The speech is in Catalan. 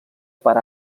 per